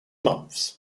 months